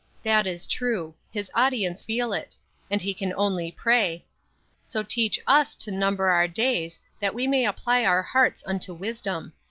that is true his audience feel it and he can only pray so teach us to number our days that we may apply our hearts unto wisdom.